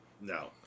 No